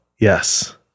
Yes